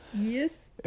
Yes